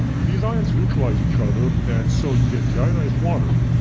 these ions neutralize each other and so you get deionized water.